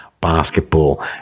basketball